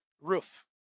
roof